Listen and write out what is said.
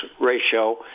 ratio